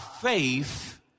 faith